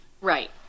Right